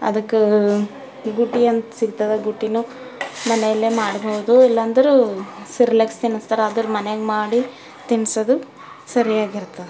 ಅದಕ್ಕೆ ಗುಟ್ಟಿ ಅಂತ ಸಿಕ್ತದೆ ಗುಟ್ಟಿನು ಮನೆಯಲ್ಲೇ ಮಾಡಬಹುದು ಇಲ್ಲಾಂದ್ರೆ ಸಿರ್ಲೆಕ್ಸ್ ತಿನ್ನಿಸ್ತಾರೆ ಅದ್ರ ಮನೆಗೆ ಮಾಡಿ ತಿನ್ನಿಸೋದು ಸರಿಯಾಗಿರ್ತದೆ